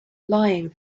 lying